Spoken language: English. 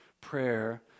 prayer